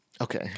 Okay